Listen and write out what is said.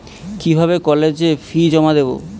কিভাবে কলেজের ফি জমা দেবো?